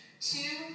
Two